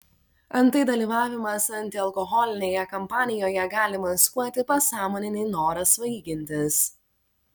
antai dalyvavimas antialkoholinėje kampanijoje gali maskuoti pasąmoninį norą svaigintis